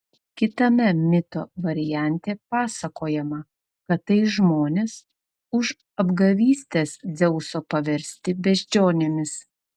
kitame mito variante pasakojama kad tai žmonės už apgavystes dzeuso paversti beždžionėmis